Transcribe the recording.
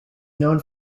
noted